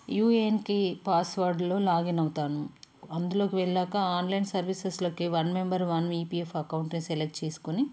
you N కే పాస్వర్డ్లో login అవుతాను అందులోకి వెళ్ళాక ఆన్లైన్ సర్వీసెస్లోకి one member one E P F account select చేసుకుని